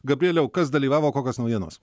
gabrieliau kas dalyvavo kokios naujienos